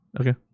Okay